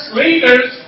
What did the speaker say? leaders